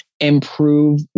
improve